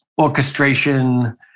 orchestration